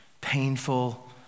painful